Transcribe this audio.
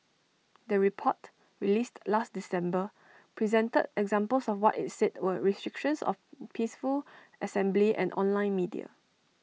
the report released last December presented examples of what IT said were restrictions of peaceful assembly and online media